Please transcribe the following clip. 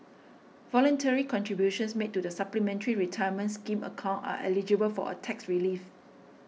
voluntary contributions made to the Supplementary Retirement Scheme account are eligible for a tax relief